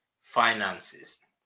finances